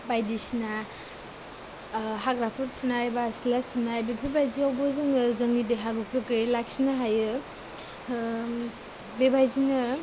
बायदिसिना हाग्राफोर फुनाय बा सिला सिबनाय बेफोरबादिआवबो जोङो जोंनि देहाखौ गोग्गोयै लाखिनो हायो बेबायदिनो